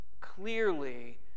clearly